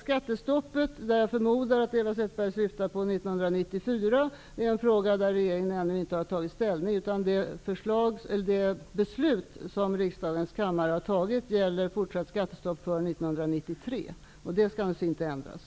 Skattestoppet, jag förmodar att Eva Zetterberg syftar på 1994, är en fråga som regeringen ännu inte har tagit ställning till. Det beslut som riksdagens kammare har fattat gäller fortsatt skattestopp för 1993. Det skall naturligtvis inte ändras.